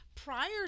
Prior